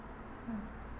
mm